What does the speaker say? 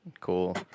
Cool